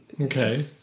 Okay